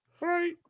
right